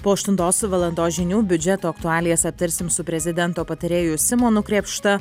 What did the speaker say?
po aštuntos valandos žinių biudžeto aktualijas aptarsim su prezidento patarėju simonu krėpšta